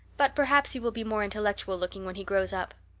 but perhaps he will be more intellectual looking when he grows up.